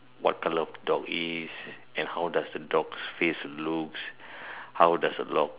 what colour of the dog is and how does the dog's face looks how does the dog